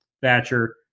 Thatcher